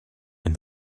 and